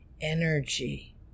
energy